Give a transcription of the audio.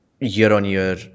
year-on-year